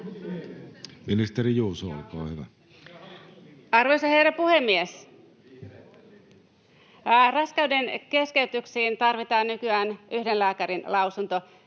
Time: 16:48 Content: Arvoisa herra puhemies! Raskaudenkeskeytyksiin tarvitaan nykyään yhden lääkärin lausunto,